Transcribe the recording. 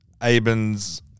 Aben's